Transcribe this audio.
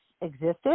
existed